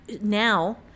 now